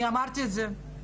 אני אמרתי את זה,